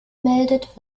meldet